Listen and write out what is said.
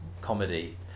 comedy